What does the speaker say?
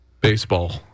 Baseball